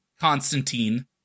Constantine